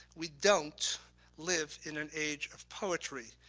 we don't live in an age of poetry,